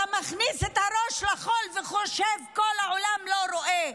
אתה מכניס את הראש לחול וחושב שכל העולם לא רואה.